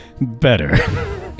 better